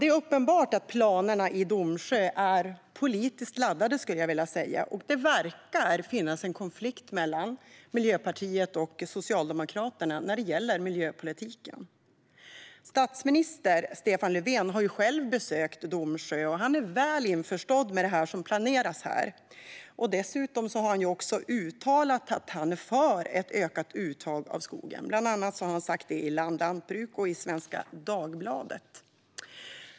Det är uppenbart att planerna i Domsjö är politiskt laddade. Det verkar finnas en konflikt mellan Miljöpartiet och Socialdemokraterna när det gäller miljöpolitiken. Statsminister Stefan Löfven har själv besökt Domsjö och är väl införstådd med det som planeras där. Dessutom har han uttalat att han är för ett ökat uttag av skog. Han har bland annat sagt det i Land Lantbruk och i Svenska Dagbladet.